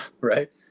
right